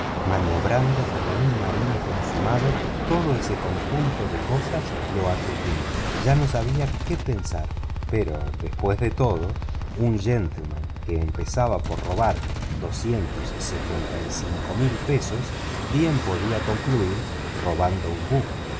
maniobrando como un marino consumado todo ese conjunto de cosas lo aturdía ya no sabía qué pensar pero después de todo un gentleman que empezaba por robar cincuenta y cinco mil libras bien podía concluir robando un buque